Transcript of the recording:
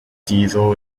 diesel